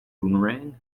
boomerang